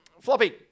Floppy